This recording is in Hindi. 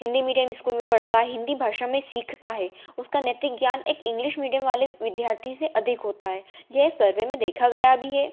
हिन्दी मीडियम स्कूल में पढ़ता हिन्दी भाषा में सीखता है उसका नैतिक ज्ञान एक इंग्लिश मीडियम वाले विद्यार्थी से अधिक होता है यह सर्वे में देखा गया भी है